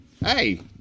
hey